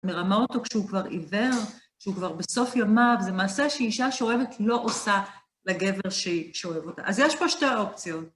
מרמה אותו כשהוא כבר עיוור, כשהוא כבר בסוף ימיו, זה מעשה שאישה שאוהבת לא עושה לגבר שאוהב אותה. אז יש פה שתי אופציות.